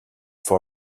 for